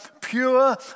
pure